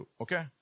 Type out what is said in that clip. Okay